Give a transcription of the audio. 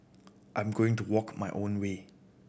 I am going to walk my own way